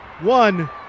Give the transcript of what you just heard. one